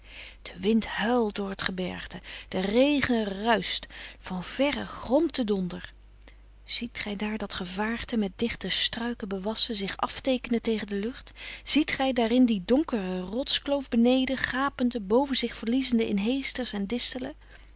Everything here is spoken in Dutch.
de wind huilt door t gebergte de regen ruischt van verre gromt de donder ziet gij daar dat gevaarte met dichte struiken bewassen zich afteekenen tegen de lucht ziet gij daarin die donkere rotskloof beneden gapende boven zich verliezende in heesters en